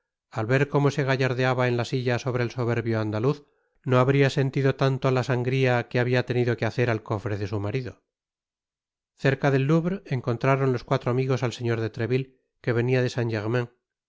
al ver como se gallardeaba en la silla sobre el soberbio andaluz no habria sentido tanto la sangria que habia tenido que hacer al cofre de su marido cerca del louvre encontraron los cuatro amigos al señor de trevilte que venia de saint